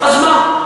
אז מה?